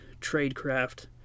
tradecraft